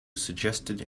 suggested